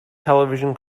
television